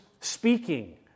speaking